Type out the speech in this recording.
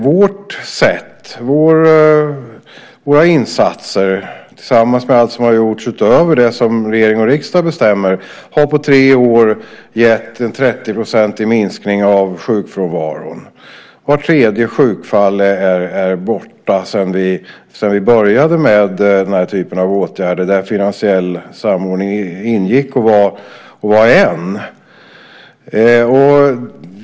Vårt sätt, våra insatser tillsammans med allt som har gjorts utöver det som regering och riksdag bestämmer, har på tre år gett en 30-procentig minskning av sjukfrånvaron. Vart tredje sjukfall är borta sedan vi började med den här typen av åtgärder, där finansiell samordning ingick och var en.